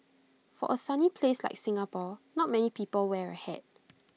for A sunny place like Singapore not many people wear A hat